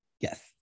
Yes